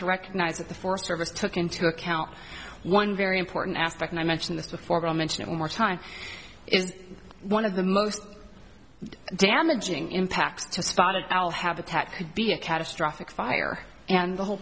to recognize that the forest service took into account one very important aspect and i mentioned this before but i mention it one more time is one of the most damaging impacts to spotted owl habitat could be a catastrophic fire and the whole